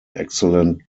excellent